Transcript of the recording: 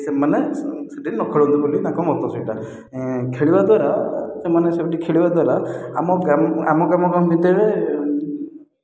ସେମାନେ ସେଠି ନଖେଳନ୍ତୁ ବୋଲି ତାଙ୍କ ମତ ସେଇଟା ଖେଳିବା ଦ୍ୱାରା ସେମାନେ ସେଠି ଖେଳିବା ଦ୍ୱାରା ଆମ ଗ୍ରାମ ଆମ ଗ୍ରାମ ଗ୍ରାମ ଭିତରେ